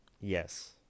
Yes